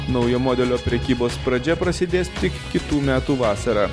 naujo modelio prekybos pradžia prasidės tik kitų metų vasarą